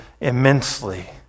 immensely